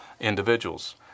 individuals